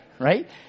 right